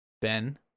Ben